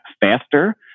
faster